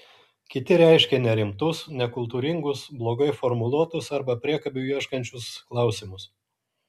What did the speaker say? kiti reiškė nerimtus nekultūringus blogai formuluotus arba priekabių ieškančius klausimus